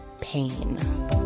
pain